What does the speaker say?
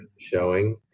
showing